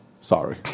Sorry